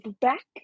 back